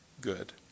good